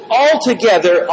altogether